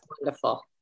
wonderful